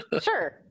Sure